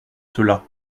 cela